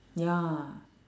ya